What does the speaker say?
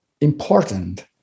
important